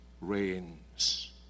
reigns